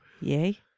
Yay